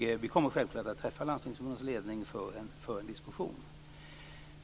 Vi kommer självklart att träffa Landstingsförbundets ledning för en diskussion.